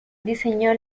diseñó